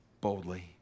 boldly